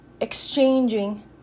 exchanging